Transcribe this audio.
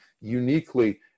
uniquely